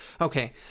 okay